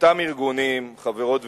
אותם ארגונים, חברות וחברים,